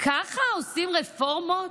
ככה עושים רפורמות?